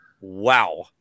Wow